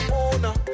owner